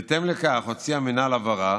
בהתאם לכך הוציא המינהל הבהרה